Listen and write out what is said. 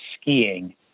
skiing